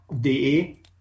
de